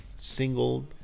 single